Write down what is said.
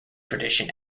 tradition